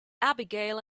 abigail